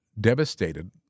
devastated